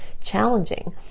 challenging